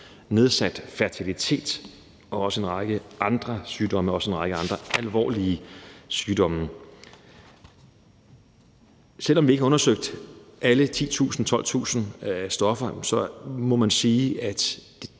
nedsat fertilitet og en række andre sygdomme – også alvorlige sygdomme. Selv om vi ikke har undersøgt alle 10.000-12.000 stoffer, må man sige, at